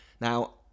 now